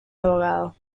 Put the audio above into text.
abogado